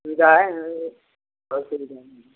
सुविधाए हैं बहुत सुविधाए हैं